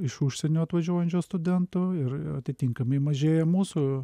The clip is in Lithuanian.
iš užsienio atvažiuojančių studentų ir atitinkamai mažėja mūsų